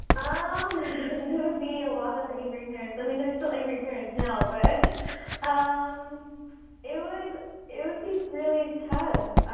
um there would be a lot of angry parents. i mean, there are still angry parents now, but um it would it would be really tough.